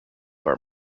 bar